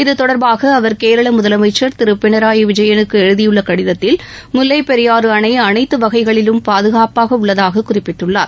இது தொடர்பாக அவர் கேரள முதலமைச்ச் திரு பினராயி விஜயனுக்கு எழுதியுள்ள கடிதத்தில் முல்லை பெரியாறு அணை அனைத்து வகைகளிலும் பாதுகாப்பாக உள்ளதாக குறிப்பிட்டுள்ளார்